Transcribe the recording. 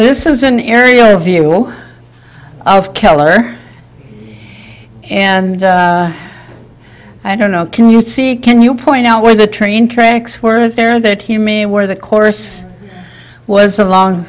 this is an aerial view of keller and i don't know can you see can you point out where the train tracks were there that he me where the course was along